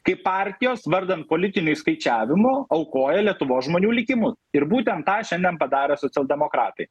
kai partijos vardan politinio išskaičiavimo aukoja lietuvos žmonių likimus ir būtent tą šiandien padarė socialdemokratai